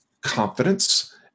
confidence